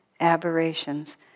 aberrations